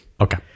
Okay